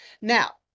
Now